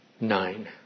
nine